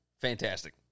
Fantastic